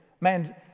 Man